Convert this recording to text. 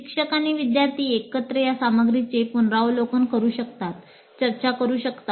शिक्षक आणि विद्यार्थी एकत्र या सामग्रीचे पुनरावलोकन करू शकतात चर्चा करू शकतात